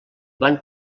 van